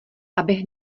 abych